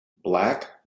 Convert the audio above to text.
black